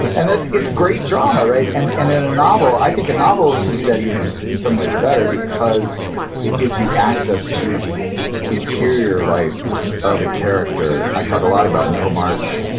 and it's it's great drama right. and in a novel, i think a novel can do that even in some ways better because it gives you access to the interior life of the character i talk a lot about middlemarch,